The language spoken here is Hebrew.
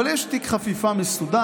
אבל יש תיק חפיפה מסודר,